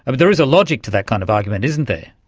ah but there is a logic to that kind of argument, isn't there.